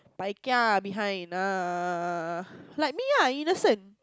paikia behind err like me ah innocent